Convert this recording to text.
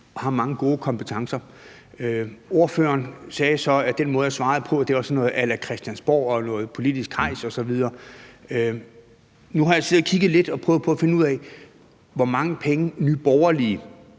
de har mange gode kompetencer. Ordføreren sagde så, at den måde, jeg svarede på, var sådan noget a la Christiansborg og noget politisk hejs osv. Nu har jeg siddet og kigget lidt og prøvet på at finde ud af, hvor mange penge Nye Borgerlige